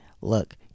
look